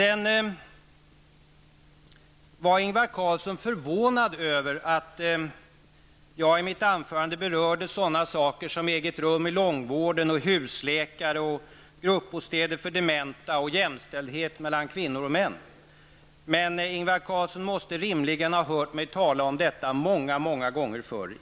Ingvar Carlsson var förvånad över att jag i mitt anförande berörde sådana saker som eget rum på långvården, husläkare, gruppbostäder för dementa och jämställdhet mellan kvinnor och män. Men Ingvar Carlsson måste rimligen hört mig tala om detta många gånger förr.